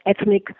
ethnic